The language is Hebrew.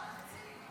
לא, זה תקציב.